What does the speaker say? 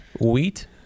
wheat